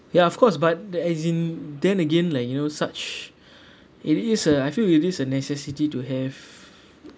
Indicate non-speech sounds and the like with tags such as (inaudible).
ya of course but as in then again like you know such (breath) it is uh I feel it is a necessity to have (breath)